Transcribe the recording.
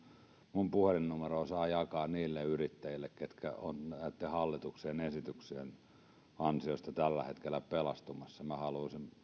minun puhelinnumeroani saa jakaa niille yrittäjille ketkä ovat näitten hallituksen esityksien ansiosta tällä hetkellä pelastumassa minä haluaisin